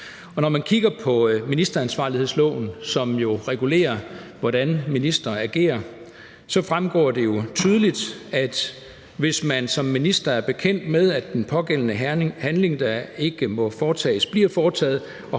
Og når man kigger på ministeransvarlighedsloven, som jo regulerer, hvordan ministre agerer, så fremgår det tydeligt, at hvis man som minister er bekendt med, at den pågældende handling, der ikke må foretages, bliver foretaget,